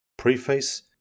Preface